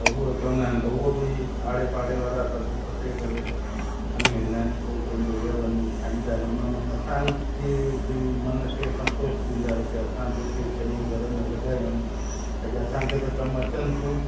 त उहो चवंदा आहिनि त उहो बि आड़े पाड़े वारा सभु पटे करे खणी वेंदा आहिनि पोइ पंहिंजे घरु वञी खाईंदा आहिनि उन में असांजी बि मन खे संतोष थींदा की असां जेके शयूं घर में लॻायूं आहिनि अॼु असांखे त कमु अचनि थियूं